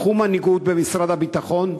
קחו מנהיגות במשרד הביטחון,